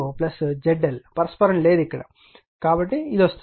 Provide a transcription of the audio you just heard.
R1jL12M2R2jL2ZL పరస్పరం లేనప్పుడు ఇదిగా లభిస్తుంది